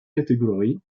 catégorie